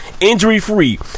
injury-free